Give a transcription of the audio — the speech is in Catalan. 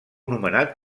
nomenat